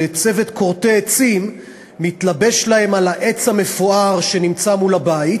צוות כורתי עצים מתלבש להם על העץ המפואר שנמצא מול הבית,